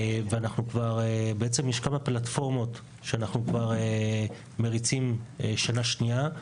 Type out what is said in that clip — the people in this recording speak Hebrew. יש בעצם כמה פלטפורמות שאנחנו מריצים כבר שנה שנייה,